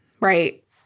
right